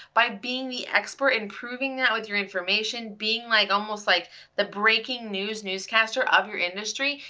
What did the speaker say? by being the expert and proving that with your information being like almost like the breaking news newscaster of your industry,